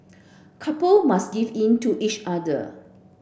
couple must give in to each other